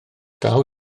daw